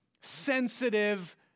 sensitive